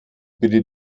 bitte